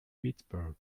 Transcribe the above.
pittsburgh